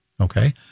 okay